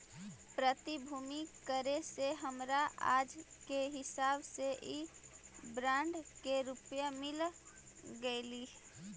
प्रतिभूति करे से हमरा आज के हिसाब से इ बॉन्ड के रुपया मिल गेलइ